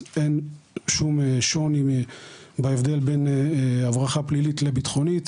אז אין שום שוני בהבדל בין הברחה פלילית לביטחונית.